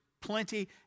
plenty